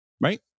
right